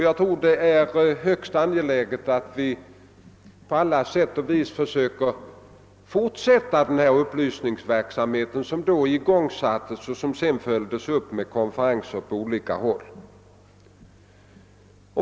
Jag tror att det är högst angeläget att på allt sätt fortsätta den upplysnings verksamhet som då igångsattes och som sedan följts upp med konferenser på olika håll.